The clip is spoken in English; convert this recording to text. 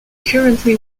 currently